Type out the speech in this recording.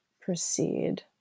proceed